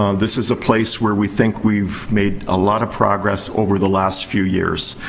um this is a place where we think we've made a lot of progress over the last few years.